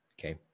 Okay